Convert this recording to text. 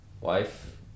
wife